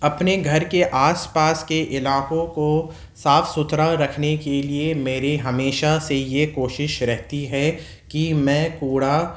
اپنے گھر کے آس پاس کے علاقوں کو صاف ستھرا رکھنے کے لیے میری ہمیشہ سے یہ کوشش رہتی ہے کہ میں کوڑا